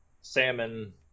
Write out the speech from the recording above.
salmon